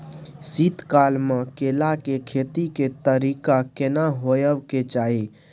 शीत काल म केला के खेती के तरीका केना होबय के चाही?